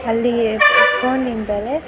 ಅಲ್ಲಿಯೇ ಫೋನ್ ನಿಂದಲೇ